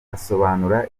asobanura